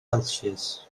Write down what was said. celsius